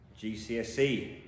GCSE